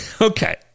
Okay